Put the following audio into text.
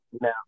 Now